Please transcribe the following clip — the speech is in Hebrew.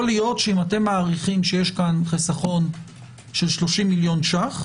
להיות שאם אתם מעריכים שיש פה חיסכון של 30 מיליון ₪,